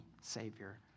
Savior